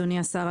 אדוני השר,